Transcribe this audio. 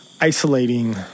isolating